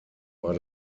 war